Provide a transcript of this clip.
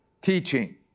teaching